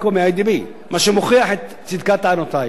מהבנק או מ"איי.די.בי", מה שמוכיח את צדקת טענותי.